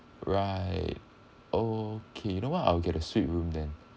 right okay you know what I will get a suite room then